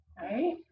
Right